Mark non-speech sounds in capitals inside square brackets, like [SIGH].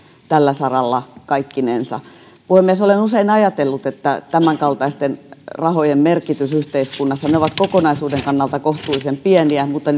tällä saralla kaikkinensa puhemies olen usein ajatellut tämänkaltaisten rahojen merkityksestä yhteiskunnassa että ne ovat kokonaisuuden kannalta kohtuullisen pieniä mutta [UNINTELLIGIBLE]